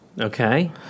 Okay